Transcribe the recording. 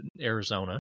Arizona